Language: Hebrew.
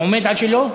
עומד על שלו?